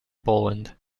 boland